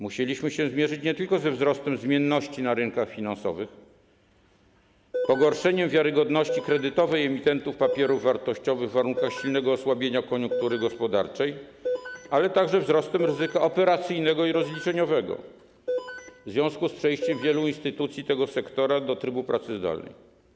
Musieliśmy się zmierzyć nie tylko ze wzrostem zmienności na rynkach finansowych, pogorszeniem wiarygodności kredytowej emitentów papierów wartościowych w warunkach silnego osłabienia koniunktury gospodarczej, ale także ze wzrostem ryzyka operacyjnego i rozliczeniowego w związku z przejściem wielu instytucji tego sektora do trybu pracy zdalnej.